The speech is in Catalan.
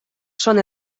són